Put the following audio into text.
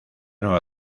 nueva